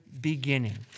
beginning